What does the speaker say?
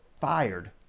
Fired